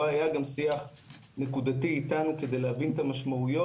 לא היה גם שיח נקודתי איתנו כדי להבין את המשמעויות.